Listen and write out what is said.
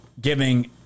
giving